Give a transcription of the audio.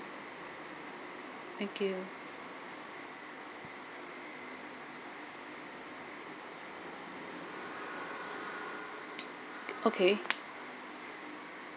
thank you okay